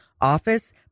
office